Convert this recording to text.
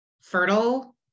fertile